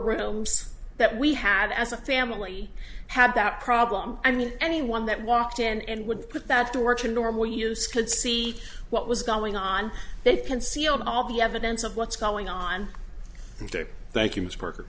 rooms that we had as a family had that problem and anyone that walked in and would put that to work in normal use could see what was going on they can see on all the evidence of what's going on thank you ms parker